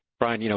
brian, you know